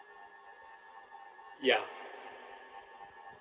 ya